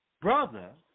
Brother